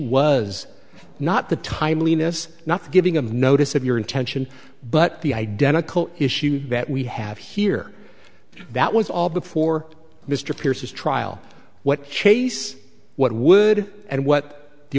was not the timeliness not giving of notice of your intention but the identical issue that we have here that was all before mr pierce's trial what chase what would and what the